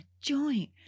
joint